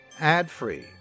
ad-free